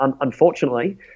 unfortunately